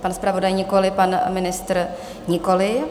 Pan zpravodaj nikoli, pan ministr nikoli.